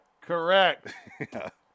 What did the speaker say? Correct